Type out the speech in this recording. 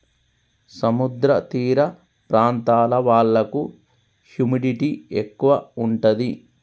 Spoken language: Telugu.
సముద్ర తీర ప్రాంతాల వాళ్లకు హ్యూమిడిటీ ఎక్కువ ఉంటది